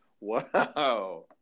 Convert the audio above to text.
Wow